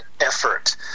effort